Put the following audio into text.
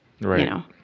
Right